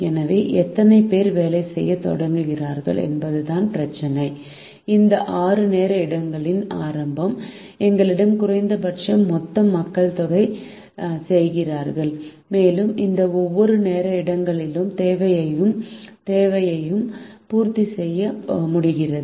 எனவே எத்தனை பேர் வேலை செய்யத் தொடங்குகிறார்கள் என்பதுதான் பிரச்சினை இந்த 6 நேர இடங்களின் ஆரம்பம் எங்களிடம் குறைந்தபட்சம் மொத்த மக்கள் வேலை செய்கிறார்கள் மேலும் இந்த ஒவ்வொரு நேர இடங்களின் தேவையையும் தேவையையும் பூர்த்தி செய்ய முடிகிறது